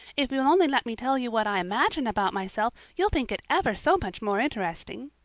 if you'll only let me tell you what i imagine about myself you'll think it ever so much more interesting.